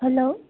hello